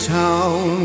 town